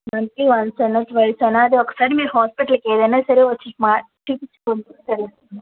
దానికి వాళ్ళు సెలెక్ట్ వైస్ అలాగే ఒకసారి మీరు హాస్పిటల్కి ఏదైనా సరే వచ్చి మా చూపించుకోండి ఒకసారి